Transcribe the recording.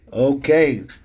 Okay